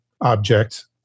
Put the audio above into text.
objects